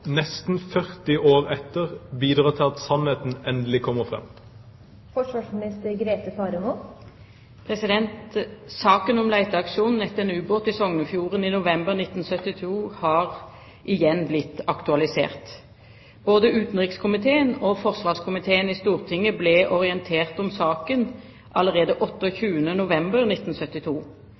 nesten 40 år etter, bidra til at sannheten endelig kommer fram?» Saken om leteaksjonen etter en ubåt i Sognefjorden i november 1972 har igjen blitt aktualisert. Både utenrikskomiteen og forsvarskomiteen i Stortinget ble orientert om saken allerede den 28. november 1972.